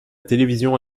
télévision